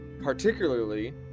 particularly